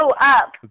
up